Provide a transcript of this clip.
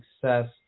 success